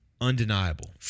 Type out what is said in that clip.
undeniable